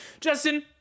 Justin